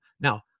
Now